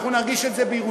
אנחנו נרגיש את זה בירושלים,